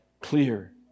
Clear